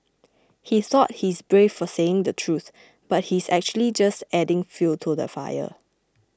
he thought he's brave for saying the truth but he's actually just adding fuel to the fire